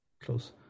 close